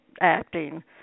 acting